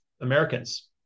Americans